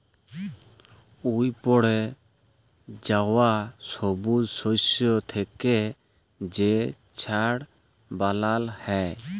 উইপড়ে যাউয়া ছবুজ শস্য থ্যাইকে যে ছার বালাল হ্যয়